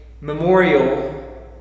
memorial